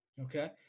Okay